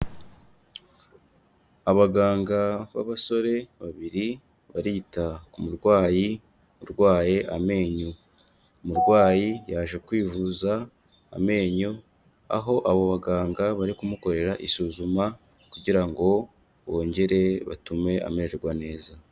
Abaganga b'abasore babiri barita ku murwayi urwaye amenyo. Umurwayi yaje kwivuza amenyo, aho abo baganga bari kumukorera isuzuma kugira ngo bongere batume amererwa neza.